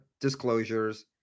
disclosures